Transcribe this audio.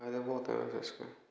फायदे बहुत हैं इसके